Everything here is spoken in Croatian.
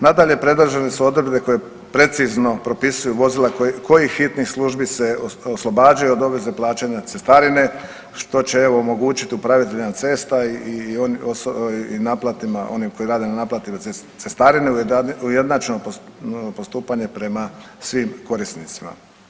Nadalje, predložene su odredbe koje precizno propisuju vozila kojih hitnih službi se oslobađaju od obveze plaćanja cestarine što će evo omogućiti upraviteljima cesta i naplatnima onima koji na naplati cestarine ujednačeno postupanje prema svim korisnicima.